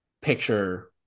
picture